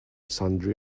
sundry